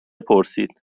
پرسید